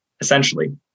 essentially